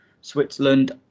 Switzerland